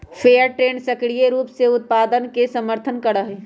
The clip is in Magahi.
फेयर ट्रेड सक्रिय रूप से उत्पादकवन के समर्थन करा हई